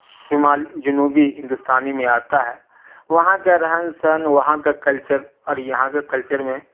شمال جنوبی ہندوستانی میں آتا ہے وہاں کے رہن سہن وہاں کا کلچر اور یہاں کے کلچر میں